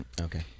Okay